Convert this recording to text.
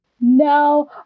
No